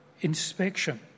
inspection